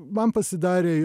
man pasidarė